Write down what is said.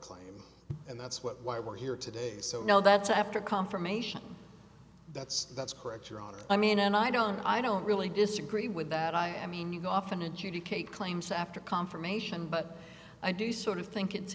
claim and that's why we're here today so now that's after confirmation that's that's correct your honor i mean and i don't i don't really disagree with that i am in you know often adjudicate claims after confirmation but i do sort of think it's